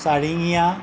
চাৰিঙীয়া